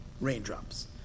raindrops